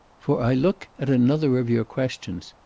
for i look at another of your questions.